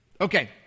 okay